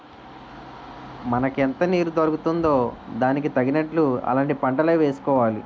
మనకెంత నీరు దొరుకుతుందో దానికి తగినట్లు అలాంటి పంటలే వేసుకోవాలి